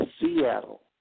Seattle